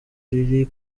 riri